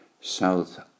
South